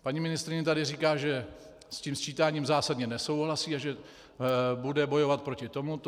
Paní ministryně tady říká, že s tím sčítáním zásadně nesouhlasí a že bude bojovat proti tomu.